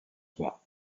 trois